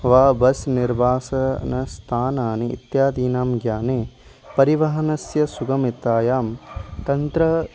वा बस् निर्वासनस्थानानि इत्यादीनां ज्ञाने परिवहनस्य सुगमतायां तन्त्रम्